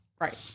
Right